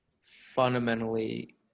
fundamentally